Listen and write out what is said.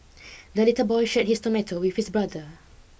the little boy shared his tomato with his brother